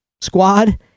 squad